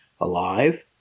alive